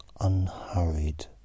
unhurried